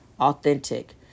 authentic